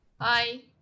Hi